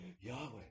Yahweh